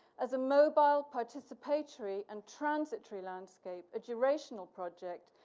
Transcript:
as a mobile participatory and transitory landscape, a durational project,